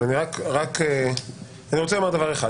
אבל אני רוצה לומר דבר אחד.